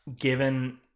given